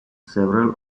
several